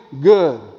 good